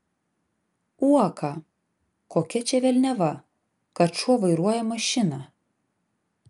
uoką kokia čia velniava kad šuo vairuoja mašiną